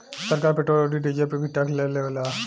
सरकार पेट्रोल औरी डीजल पर भी टैक्स ले लेवेला